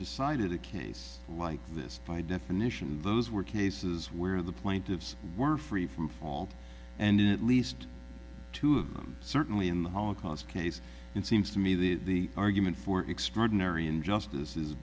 decided a case like this by definition those were cases where the plaintiffs were free from fault and in at least two of them certainly in the holocaust case it seems to me the argument for extraordinary injustices